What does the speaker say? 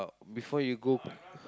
before you go